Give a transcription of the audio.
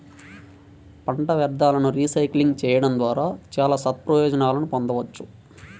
పంట వ్యర్థాలను రీసైక్లింగ్ చేయడం ద్వారా చాలా సత్ప్రయోజనాలను పొందవచ్చు